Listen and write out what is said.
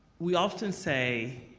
we often say